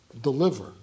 deliver